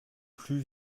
plus